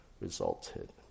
resulted